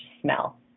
smell